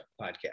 podcast